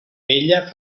vella